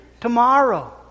tomorrow